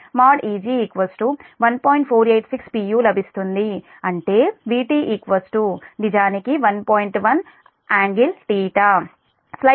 u లభిస్తుంది అంటే Vt Vt actually 1